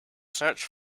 search